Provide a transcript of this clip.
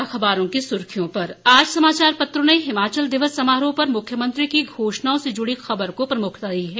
अखबारों की सुर्खियों पर आज समाचार पत्रों ने हिमाचल दिवस समारोह पर मुख्यमंत्री की घोषणाओं से जुड़ी खबर को प्रमुखता दी है